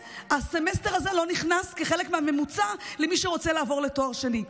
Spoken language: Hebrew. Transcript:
והסמסטר הזה לא נכנס כחלק מהממוצע למי שרוצה לעבור לתואר שני.